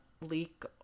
leak